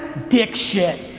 dick shit.